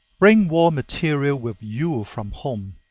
bring war material with you from home,